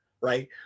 right